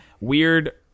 weird